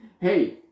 Hey